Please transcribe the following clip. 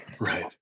Right